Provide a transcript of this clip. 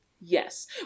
Yes